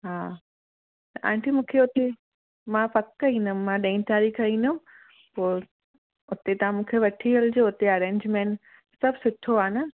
हा त आंटी मूंखे हुते मां पक ईंदमि मां ॾहीं तारीख़ ईंदमि पोइ उते तव्हां मूंखे वठी हलिजो हुते अरेंजमेंट सभु सुठो आहे न